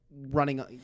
running